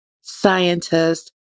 scientist